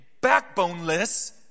backboneless